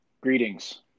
greetings